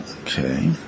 Okay